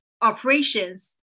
operations